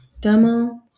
Demo